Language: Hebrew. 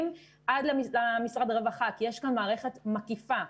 עד למשרד הרווחה כי יש כאן מערכת מקיפה.